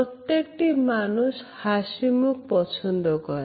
প্রত্যেকটা মানুষ হাসিমুখ পছন্দ করে